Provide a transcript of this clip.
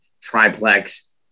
triplex